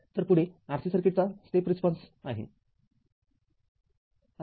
तरपुढे RC सर्किटचा step प्रतिसाद आहे